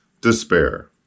Despair